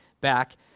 back